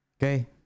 okay